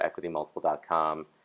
equitymultiple.com